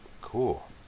cool